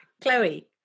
Chloe